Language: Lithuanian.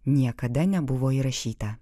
niekada nebuvo įrašyta